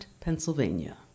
Pennsylvania